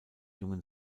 jungen